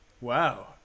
Wow